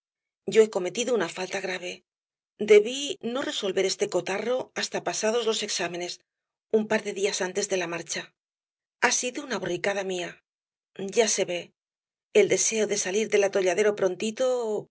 yo he cometido una falta grave debí no resolver este cotarro hasta pasados los exámenes un par de días antes de la marcha ha sido una borricada mía ya se ve el deseo de salir del atolladero prontito